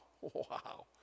wow